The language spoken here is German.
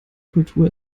kultur